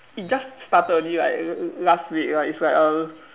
it just started only like last week like it's like a